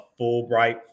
Fulbright